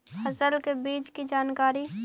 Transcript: फसल के बीज की जानकारी?